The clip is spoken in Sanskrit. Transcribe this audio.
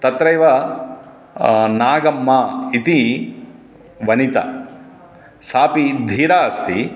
तत्रैव नागम्मा इति वणिता सापि धीरा अस्ति